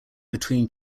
between